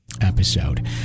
episode